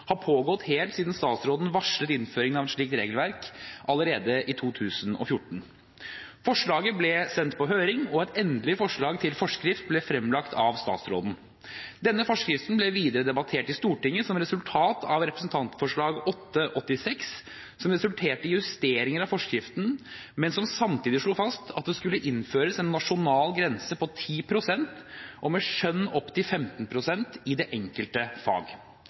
har pågått helt siden statsråden varslet innføring av et slikt regelverk, allerede i 2014. Forslaget ble sendt ut på høring, og et endelig forslag til forskrift ble fremlagt av statsråden. Denne forskriften ble videre debattert i Stortinget som resultat av et representantforslag, Dokument 8:86 for 2015–2016, som resulterte i justeringer av forskriften, men som samtidig slo fast at det skulle innføres en nasjonal grense på 10 pst. og med skjønn opp til 15 pst. i det enkelte fag.